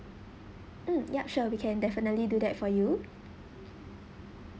mm yup sure we can definitely do that for you